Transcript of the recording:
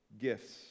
gifts